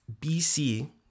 BC